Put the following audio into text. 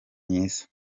myiza